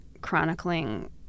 chronicling